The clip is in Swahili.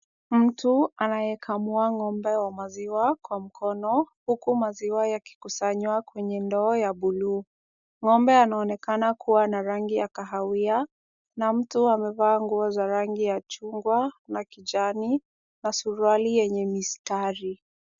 Mtu anayekamua ng'ombe wa maziwa kwa mkono, huku maziwa yakikusanywa kwenye ndoo ya buluu. Ng'ombe anaonekana kuwa na rangi ya kahawia, na mtu amevaa nguo za rangi ya chungwa na kijani na suruali yenye mistari.